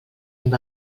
amb